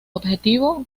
objetivo